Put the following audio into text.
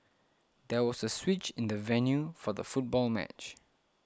there was a switch in the venue for the football match